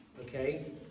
okay